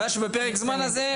הבעיה שבפרק הזמן הזה,